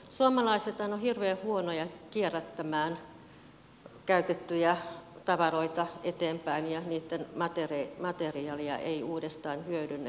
suomalaisethan ovat hirveän huonoja kierrättämään käytettyjä tavaroita eteenpäin ja niitten materiaaleja ei uudestaan hyödynnetä